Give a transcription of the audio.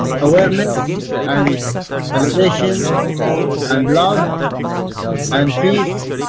environments and elevation and love and peace,